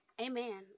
amen